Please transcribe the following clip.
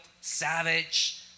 savage